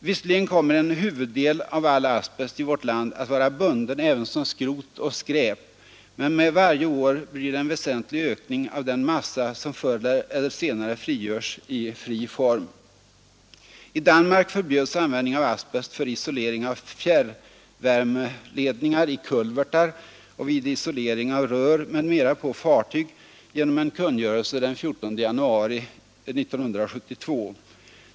Visserligen kommer en huvuddel av all asbest i vårt land att vara bunden även som skrot och skräp, men med varje år blir det en väsentlig ökning av den massa som förr eller senare frigörs i fri form. I Danmark förbjöds användning av asbest för isolering av fjärrvärmeledningar i kulvertar och vid isolering av rör m.m. på fartyg genom en kungörelse den 14 januari 1972.